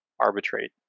arbitrate